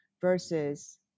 versus